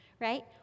right